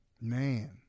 Man